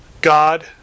God